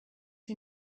who